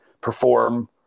perform